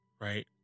right